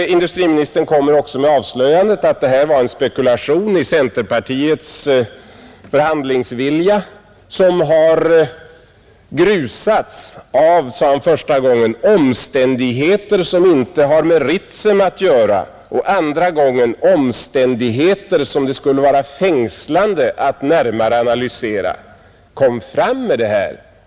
Industriministern kommer också med avslöjandet att det här var en spekulation i centerpartiets förhandlingsvilja, som har grusats, sade han, första gången ”av omständigheter som inte har med Ritsem att göra” och andra gången av ”omständigheter, som det skulle vara fängslande att närmare analysera”. Kom fram med det här!